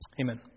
Amen